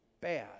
bad